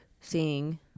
seeing